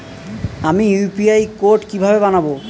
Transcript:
আমি UPI code কিভাবে বানাব?